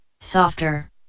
Softer